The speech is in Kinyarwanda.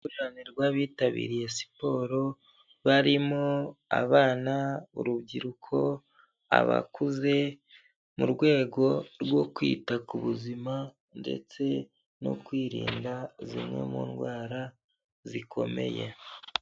Uruhurirane rw'abitabiriye siporo barimo: abana, urubyiruko, abakuze, mu rwego rwo kwita ku buzima ndetse no kwirinda zimwe mu ndwara zikomeye.